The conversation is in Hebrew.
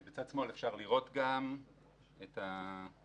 בצד שמאל אפשר לראות גם את העלייה